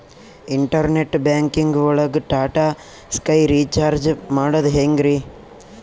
Internet banking ಒಳಗ್ Tata Sky recharge ಮಾಡದ್ ಹೆಂಗ್ರೀ?